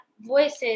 voices